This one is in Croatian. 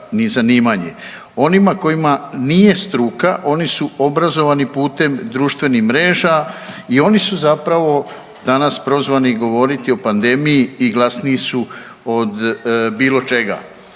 Onima kojima nije struka oni su obrazovani putem društvenih mreža i oni su zapravo danas prozvani govoriti o pandemiji i glasniji su od bilo čega.